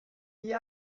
wie